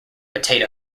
potato